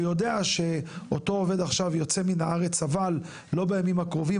ויודע שאותו עובד עכשיו יוצא מן הארץ אבל לא בימים הקרובים,